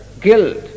guilt